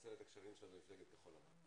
ננצל את הקשרים של מפלגת כחול לבן.